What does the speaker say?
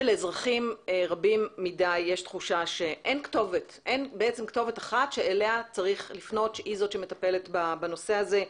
לאזרחים רבים מדיי אין כתובת אחת שמטפלת בנושא הזה,